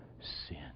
sin